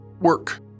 work